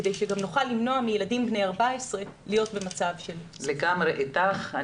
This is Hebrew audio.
כדי שגם נוכל למנוע מילדים בני 14 להיות במצב של --- אני לגמרי איתך.